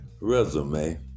resume